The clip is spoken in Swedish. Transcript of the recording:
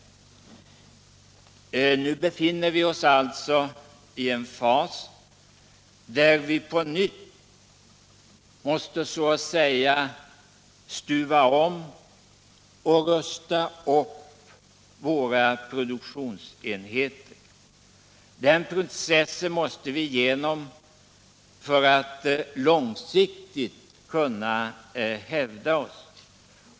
Nu befinner vi oss alltså i en fas där vi på nytt måste så att säga stuva om och rusta upp våra produktionsenheter. Den processen måste vi igenom för att långsiktigt kunna hävda oss.